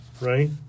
right